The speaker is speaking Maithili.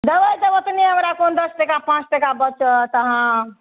देबय देब तऽ हमरा कोन दस टका पाँच टाका बचत अहाँ